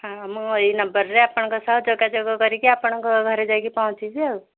ହଁ ମୁଁ ଏହି ନମ୍ବରରେ ଆପଣଙ୍କ ସହ ଯୋଗାଯୋଗ କରିକି ଆପଣଙ୍କ ଘରେ ଯାଇକି ପହଞ୍ଚିବି ଆଉ